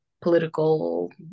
political